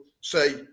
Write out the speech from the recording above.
say